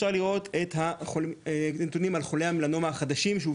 ואפשר לראות שהגיל החציוני של גברים יהודים וערבים היה בערך 69,